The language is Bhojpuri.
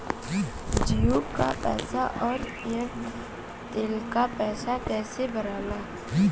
जीओ का पैसा और एयर तेलका पैसा कैसे भराला?